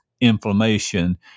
inflammation